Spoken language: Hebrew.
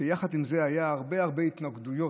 יחד עם זה היו הרבה הרבה התנגדויות,